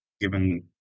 given